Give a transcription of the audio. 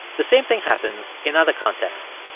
the same thing happens in other contexts.